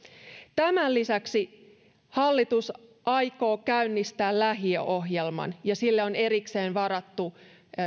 tämän lisäksi hallitus aikoo käynnistää lähiöohjelman ja sille on erikseen varattu